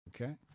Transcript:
okay